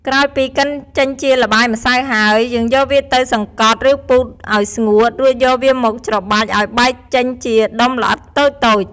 ក្រោយពី កិនចេញជាល្បាយម្សៅហើយ យើងយកវាទៅសង្កត់ ឬពួតឱ្យស្ងួត រួចយកវាមកច្របាច់ឱ្យបែកចេញជាដុំល្អិតតូចៗ។